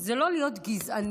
זה לא להיות גזעני,